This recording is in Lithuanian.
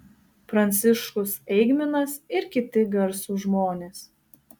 pranciškus eigminas ir kiti garsūs žmonės